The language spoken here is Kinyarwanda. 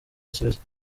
asubiza